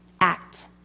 act